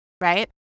right